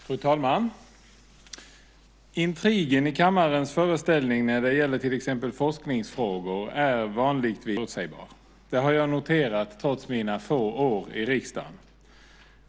Fru talman! Intrigen i kammarens föreställning när det gäller till exempel forskningsfrågor är vanligtvis rätt förutsägbar. Det har jag noterat, trots mina få år i riksdagen.